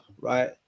right